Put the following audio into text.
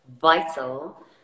vital